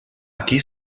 aquí